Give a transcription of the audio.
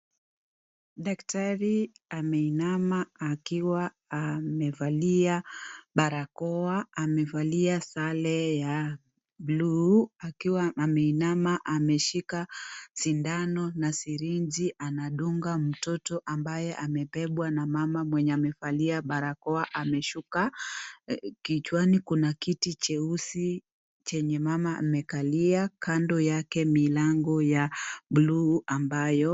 Daktari ameinama akiwa amevalia barakoa, amevalia sare ya buluu akiwa ameinama, ameshika sindano na sirinji, anamdunga mtoto ambaye amebebwa na mama mwenye amevalia barakoa ameshika kichwani. Kuna kiti cheusi chenye mama amekalia. Kando yake kuna milango ya buluu ambayo.